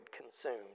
consumed